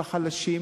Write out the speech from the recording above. בחלשים,